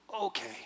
okay